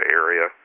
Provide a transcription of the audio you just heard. area